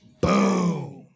Boom